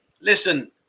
listen